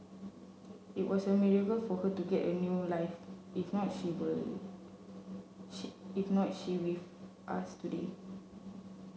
it was a miracle for her to get a new life if not she if not she with us today